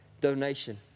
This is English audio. donation